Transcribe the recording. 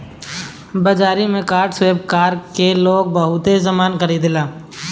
बाजारी में card swipe कर के लोग बहुते सामना खरीदेला